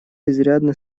изрядно